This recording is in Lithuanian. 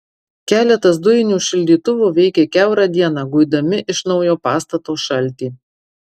keletas dujinių šildytuvų veikė kiaurą dieną guidami iš naujo pastato šaltį